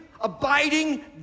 abiding